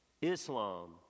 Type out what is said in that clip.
Islam